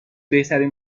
بهترین